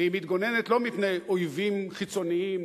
והיא מתגוננת לא מפני אויבים חיצוניים